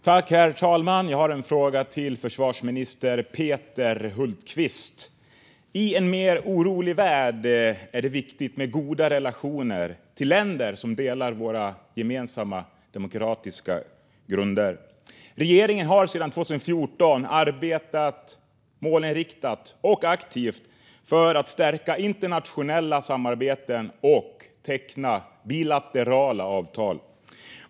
Herr talman! Jag har en fråga till försvarsminister Peter Hultqvist. I en mer orolig värld är det viktigt med goda relationer till länder som delar våra gemensamma demokratiska grunder. Regeringen har sedan 2014 arbetat målinriktat och aktivt för att stärka internationella samarbeten och teckna bilaterala avtal.